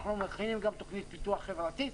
אנחנו מכינים גם תוכנית פיתוח חברתית.